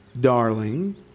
Darling